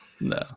no